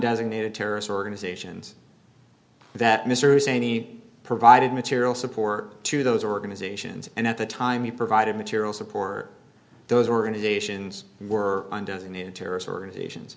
designated terrorist organizations that mr husseini provided material support to those organizations and at the time he provided material support those organizations were and doesn't need a terrorist organizations